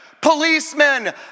policemen